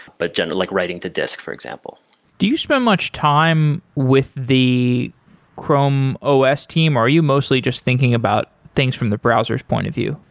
but generally, like writing to disk for example do you spend much time with the chrome os team? are you mostly just thinking about things from the browser's point of view?